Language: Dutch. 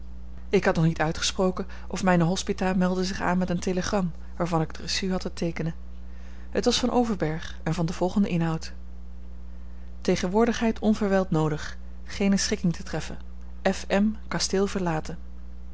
ik had nog niet uitgesproken of mijne hospita meldde zich aan met een telegram waarvan ik het reçu had te teekenen het was van overberg en van den volgenden inhoud tegenwoordigheid onverwijld noodig geene schikking te treffen f m kasteel verlaten